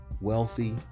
wealthy